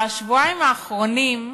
בשבועיים האחרונים,